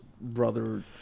brother